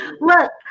Look